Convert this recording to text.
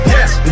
Yes